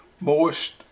moist